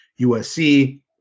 USC